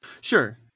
Sure